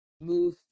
move